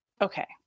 okay